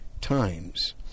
times